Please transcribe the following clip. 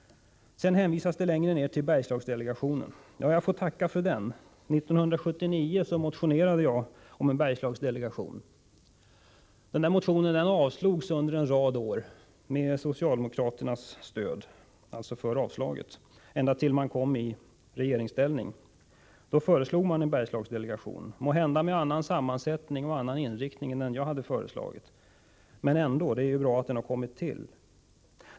Längre fram i svaret hänvisas till Bergslagsdelegationen. Jag får tacka för den. 1979 motionerade jag första gången om en Bergslagsdelegation. Med stöd av socialdemokraterna avslogs den motionen sedan under en rad år, ända tills socialdemokraterna kom i regeringsställning. Då föreslog man en Bergslagsdelegation — måhända med en annan inriktning och sammansättning än den jag föreslagit, men det är ju bra att den har kommit till stånd.